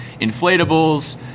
inflatables